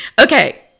Okay